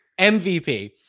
MVP